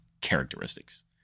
characteristics